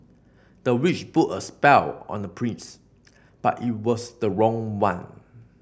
the witch put a spell on the prince but it was the wrong one